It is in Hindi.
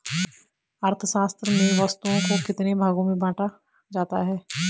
अर्थशास्त्र में वस्तुओं को कितने भागों में बांटा जाता है?